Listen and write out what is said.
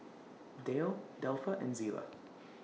Dayle Delpha and Zela